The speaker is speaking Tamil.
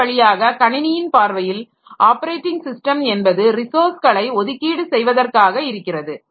அந்த வழியாக கணினியின் பார்வையில் ஆப்பரேட்டிங் ஸிஸ்டம் என்பது ரிசோர்ஸ்களை ஒதுக்கீடு செய்வதற்காக இருக்கிறது